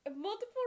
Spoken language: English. Multiple